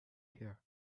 here